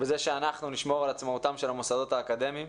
לכך שאנחנו נשמור על עצמאות המוסדות האקדמיים.